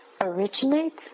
originates